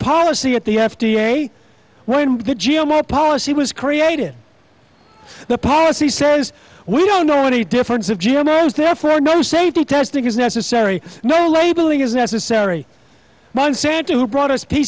policy at the f d a when the gillmor policy was created the policy says we don't know any difference of g m s therefore no safety testing is necessary no labeling is necessary monsanto who brought us p